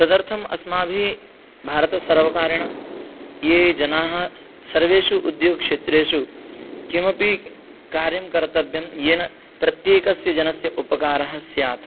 तदर्थम् अस्माभिः भारतसर्वकारेण ये जनाः सर्वेषु उद्योगक्षेत्रेषु किमपि कार्यं कर्तव्यं येन प्रत्येकस्य जनस्य उपकारः स्यात्